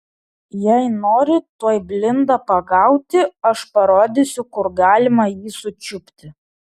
jei nori tuoj blindą pagauti aš parodysiu kur galima jį sučiupti